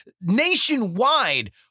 nationwide